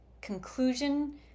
conclusion